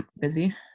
busy